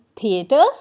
theaters